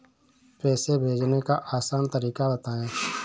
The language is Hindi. पैसे भेजने का आसान तरीका बताए?